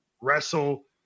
wrestle